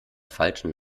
falschem